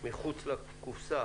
מחוץ לקופסה.